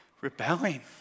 rebelling